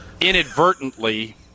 inadvertently